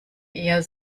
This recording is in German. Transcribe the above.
eher